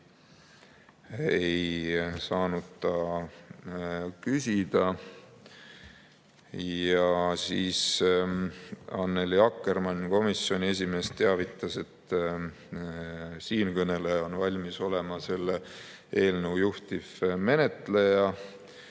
ei saanud ta küsida. Annely Akkermann, komisjoni esimees, teavitas, et siinkõneleja on valmis olema selle eelnõu juhtivmenetleja.